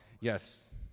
Yes